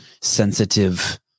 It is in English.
sensitive